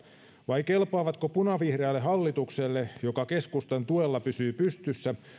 vai kelpaako punavihreälle hallitukselle joka keskustan tuella pysyy pystyssä